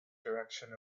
direction